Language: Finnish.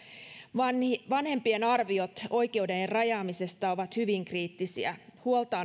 vanhempien arviot oikeuden rajaamisesta ovat hyvin kriittisiä huolta